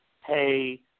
hey